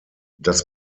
das